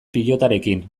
pilotarekin